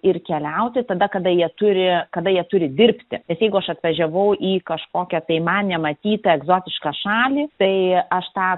ir keliauti tada kada jie turi kada jie turi dirbti nes jeigu aš atvažiavau į kažkokią tai man nematytą egzotišką šalį tai aš tą